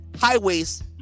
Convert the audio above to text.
highways